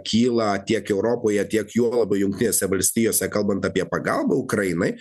kyla tiek europoje tiek juolab jungtinėse valstijose kalbant apie pagalbą ukrainai